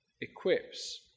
equips